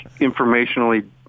informationally